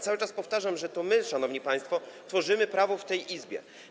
Cały czas powtarzam, że to my, szanowni państwo, tworzymy prawo w tej Izbie.